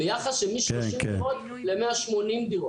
ביחס של מ-30 דירות ל-180 דירות.